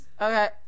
Okay